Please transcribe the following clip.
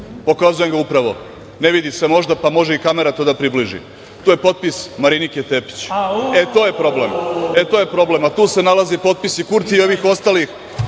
Pokazujem ga upravo. Ne vidi se možda, pa može kamera to da približi. To je potpis Marinike Tepić. E, to je problem, a tu se nalazi potpis i Kurtijevih ostalih,